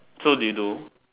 so did you do